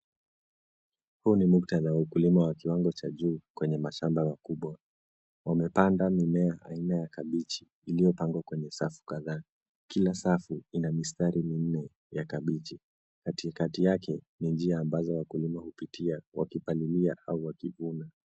Huu ni muktadha wa ukilima wa kiwango cha juu kwenye mashamba makubwa. Wamepanda mimea aina ya kabichi iliyopangwa kwenye safu kadhaa. Kila safu ina mistari minne za kabichi. Katikati yake ni njia ambazo wakulima hutumia kupitia wakipaliliaau wakivuna.